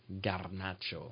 Garnacho